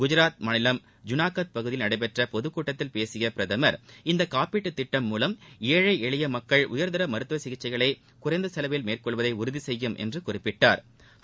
குஜராத் மாநிலம் ஜூனாகத் பகுதியில் நடைபெற்ற பொதுக்கூட்டத்தில் பேசிய பிரதமா் இந்த காப்பீட்டுத் திட்டம் மூவம் ஏழை எளிய மக்கள் உயா்தர மருத்துவ சிகிச்சைகளை குறைந்த செலவில் மேற்கொள்வதை உறுதி செய்யும் என்றும் குறிப்பிட்டாள்